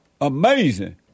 Amazing